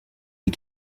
des